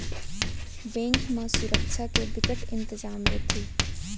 bank म सुरक्छा के बिकट इंतजाम रहिथे